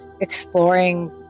exploring